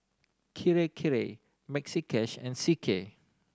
Kirei Kirei Maxi Cash and C K